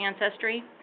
ancestry